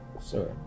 sir